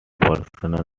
personnel